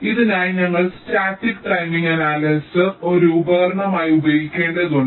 ഇതിനായി ഞങ്ങൾ static timing analyser ഒരു ഉപകരണമായി ഉപയോഗിക്കേണ്ടതുണ്ട്